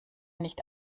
nicht